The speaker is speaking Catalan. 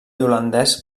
holandès